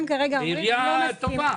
עירייה טובה.